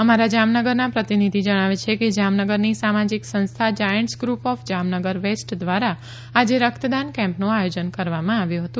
અમારા જામનગરના પ્રતિનિધિ જણાવે છે કે જામનગરની સામાજીક સંસ્થા Giants Group of Jamnagar West દ્વારા આજે રક્તદાન કેમ્પનું આયોજન કરવામાં આવ્યું હતું